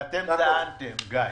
גיא,